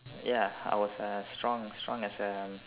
ya I was uh strong strong as a